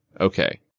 okay